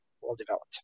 well-developed